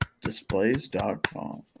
displays.com